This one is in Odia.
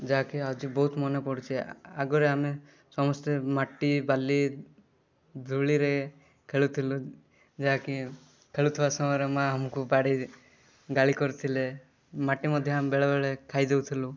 ଯାହାକି ଆଜି ବହୁତ ମନେପଡ଼ୁଛି ଆଗରେ ଆମେ ସମସ୍ତେ ମାଟି ବାଲି ଧୂଳିରେ ଖେଳୁଥିଲୁ ଯାହାକି ଖେଳୁଥିବା ସମୟରେ ମାଆ ଆମକୁ ବାଡ଼ିଡ଼େଇ ଗାଳି କରୁଥିଲେ ମାଟି ମଧ୍ୟ ଆମେ ବେଳେବେଳେ ଖାଇ ଦେଉଥିଲୁ